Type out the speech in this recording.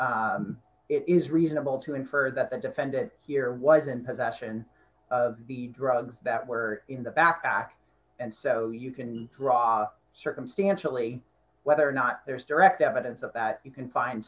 that it is reasonable to infer that the defendant here wasn't possession of the drugs that were in the backpack and so you can draw circumstantially whether or not there's direct evidence of that you can find